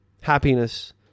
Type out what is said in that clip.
happiness